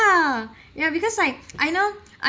ya because like I know